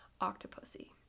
Octopussy